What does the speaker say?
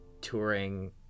touring